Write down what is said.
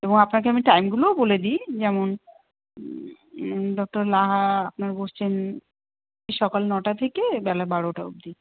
এবং আপনাকে আমি টাইমগুলোও বলে দিই যেমন ডক্টর লাহা আপনার বসছেন সকাল নটা থেকে বেলা বারোটা অবধি